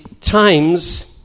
times